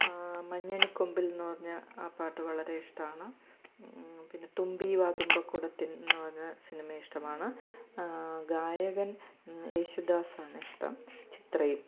മഞ്ഞണിക്കൊമ്പിൽ എന്നു പറഞ്ഞ ആ പാട്ട് വളരെ ഇഷ്ടമാണ് പിന്നെ തുമ്പീ വാ തുമ്പക്കുടത്തിൻ എന്നു പറഞ്ഞ സിനിമ ഇഷ്ടമാണ് ഗായകൻ യേശുദാസാണിഷ്ടം ചിത്രേം